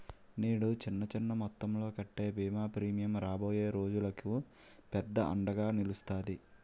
నేడు చిన్న చిన్న మొత్తంలో కట్టే బీమా ప్రీమియం రాబోయే రోజులకు పెద్ద అండగా నిలుస్తాది